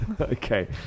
Okay